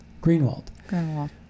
Greenwald